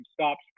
stops